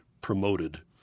promoted